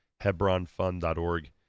Hebronfund.org